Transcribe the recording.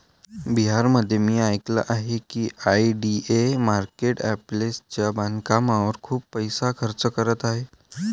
बिहारमध्ये मी ऐकले आहे की आय.डी.ए मार्केट प्लेसच्या बांधकामावर खूप पैसा खर्च करत आहे